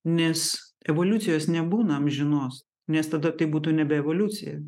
nes evoliucijos nebūna amžinos nes tada tai būtų nebe evoliucija